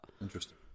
Interesting